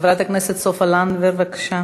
חברת הכנסת סופה לנדבר, בבקשה.